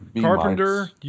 Carpenter